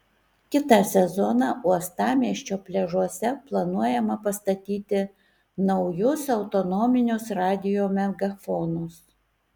kitą sezoną uostamiesčio pliažuose planuojama pastatyti naujus autonominius radijo megafonus